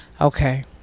Okay